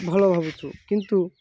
ଭଲ ଭାବୁଛୁ କିନ୍ତୁ